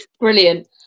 Brilliant